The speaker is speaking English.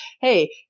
hey